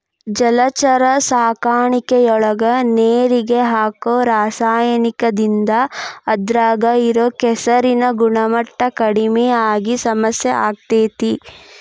ಜಲಚರ ಸಾಕಾಣಿಕೆಯೊಳಗ ನೇರಿಗೆ ಹಾಕೋ ರಾಸಾಯನಿಕದಿಂದ ಅದ್ರಾಗ ಇರೋ ಕೆಸರಿನ ಗುಣಮಟ್ಟ ಕಡಿಮಿ ಆಗಿ ಸಮಸ್ಯೆ ಆಗ್ತೇತಿ